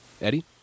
Eddie